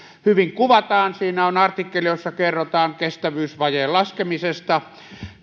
hyvin kuvataan siinä on artikkeli jossa kerrotaan kestävyysvajeen laskemisesta